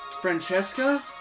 Francesca